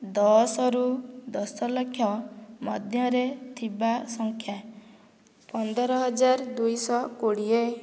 ଦଶରୁ ଦଶଲକ୍ଷ ମଧ୍ୟରେ ଥିବା ସଂଖ୍ୟା ପନ୍ଦର ହଜାର ଦୁଇଶହ କୋଡ଼ିଏ